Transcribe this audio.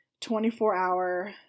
24-hour